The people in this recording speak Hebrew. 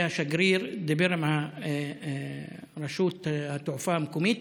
והשגריר דיבר עם רשות התעופה המקומית,